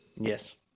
Yes